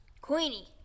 Queenie